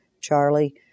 Charlie